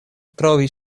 trovi